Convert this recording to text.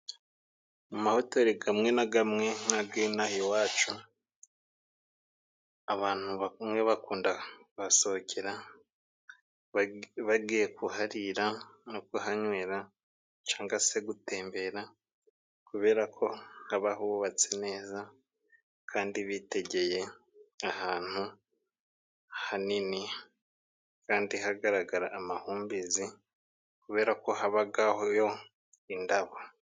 Mu mahoteli gamwe na gamwe nka gihana iwacu, abantu bamwe bakunda kuhasohokera, bagiye kuharira no kuhanywera cyangwa se gutembera ,kubera ko habahubatse neza kandi bitegeye ahantu hanini kandi hagaragara amahumbezi ,kubera ko habagayo indabo.